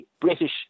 British